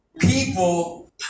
People